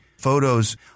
Photos